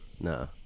No